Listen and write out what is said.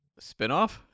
Spinoff